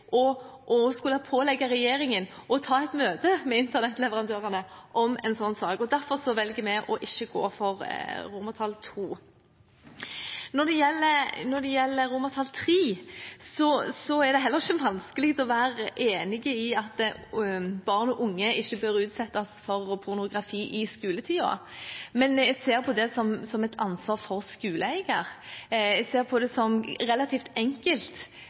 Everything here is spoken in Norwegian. terskel å skulle pålegge regjeringen å ta et møte med internettleverandørene om en slik sak. Derfor velger vi ikke å gå for II. Når det gjelder III, er det heller ikke vanskelig å være enig i at barn og unge ikke bør utsettes for pornografi i skoletiden, men jeg ser på det som et ansvar for skoleeierne. Jeg ser på det som relativt enkelt